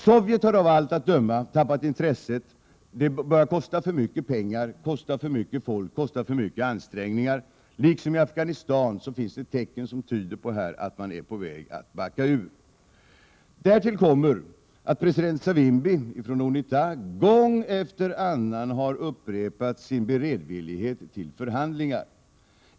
Sovjet har av allt att döma tappat intresset — det börjar kosta för mycket pengar, kosta för mycket folk och kosta för stora ansträngningar. Liksom i Afghanistan finns det här tecken som tyder på att man är på väg att backa ur. Därtill kommer att president Savimbi från UNITA gång efter gång har upprepat sin beredvillighet till förhandlingar.